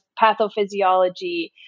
pathophysiology